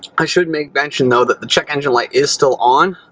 i should make mention, though, that the check engine like is still on.